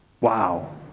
wow